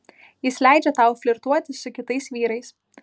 jis leidžia tau flirtuoti su kitais vyrais